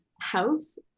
house